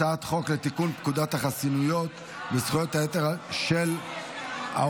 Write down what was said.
הצעת חוק לתיקון פקודת החסינויות וזכויות היתר של האומות